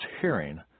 hearing